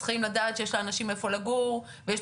צריך לדעת שלאנשים יש איפה לגור ושיש